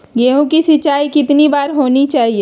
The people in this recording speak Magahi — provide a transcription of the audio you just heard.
गेहु की सिंचाई कितनी बार होनी चाहिए?